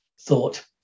thought